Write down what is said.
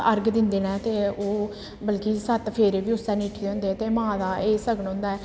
अर्घ दिंदे न ते ओह् ते ओह् बल्कि सत्त फेरे बी उस्सै ङीठी दे होंदे ते मां दा एह् सगन होंदा ऐ